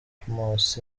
patmos